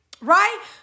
Right